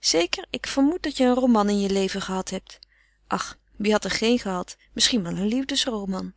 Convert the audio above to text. zeker ik vermoed dat je een roman in je leven gehad hebt ach wie heeft er geen gehad misschien wel een liefdesroman